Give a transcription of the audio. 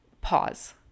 Pause